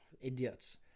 Idiots